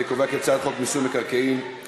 אני קובע כי הצעת חוק מיסוי מקרקעין (שבח ורכישה)